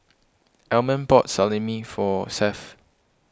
Almond bought Salami for Seth